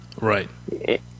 Right